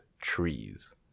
trees